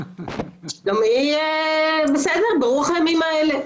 שלומי בסדר, ברוח הימים האלה.